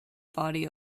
body